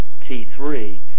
T3